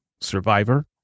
survivor